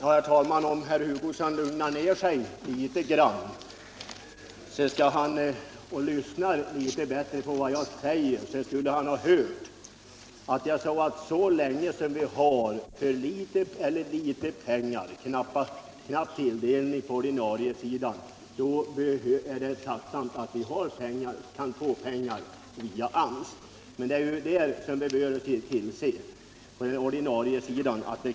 Herr talman! Om herr Hugosson lugnar ned sig litet grand och lyssnar bättre på vad jag säger, så kan jag upprepa att så länge anslaget var så knappt och är så knappt beträffande ordinarie väganslag är det tacksamt att få pengar via AMS. Men vi bör se till att vi får mer pengar från det ordinarie anslaget.